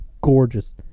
gorgeous